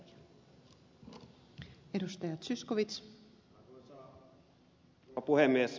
arvoisa rouva puhemies